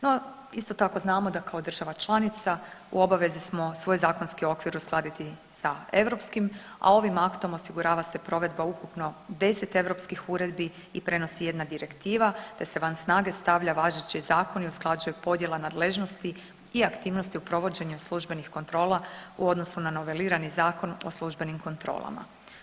No isto tako znamo da kao država članica u obavezi smo svoj zakonski okvir uskladiti sa europskim, a ovim aktom osigurava se provedba ukupno 10 europskih uredbi i prenosi jedna direktiva, te se van snage stavlja važeći zakon i usklađuje podjela nadležnosti i aktivnosti u provođenju službenih kontrola u odnosu na novelirani zakon o službenim kontrolama.